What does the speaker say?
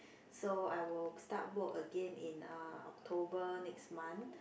so I will start work again in October next month